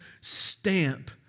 stamp